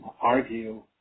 argue